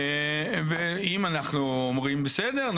ואם אנחנו אומרים: בסדר,